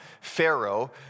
Pharaoh